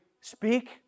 speak